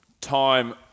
time